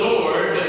Lord